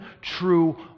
true